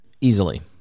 easily